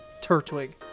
Turtwig